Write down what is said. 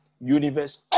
universe